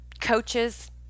coaches